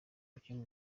umukinnyi